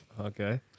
Okay